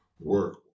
work